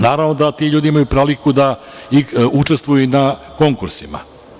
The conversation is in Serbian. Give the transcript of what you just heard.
Naravno da ti ljudi imaju priliku da učestvuju i na konkursima.